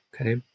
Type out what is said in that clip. Okay